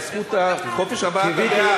על זכות חופש הבעת הדעה.